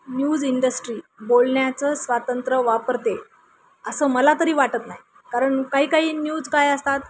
news industry बोलण्याचं स्वातंत्र्य वापरते असं मला तरी वाटत नाही कारण काही काही न्यूज काय असतात